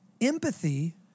Empathy